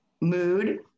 mood